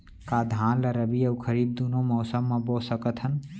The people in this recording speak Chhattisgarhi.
का धान ला रबि अऊ खरीफ दूनो मौसम मा बो सकत हन?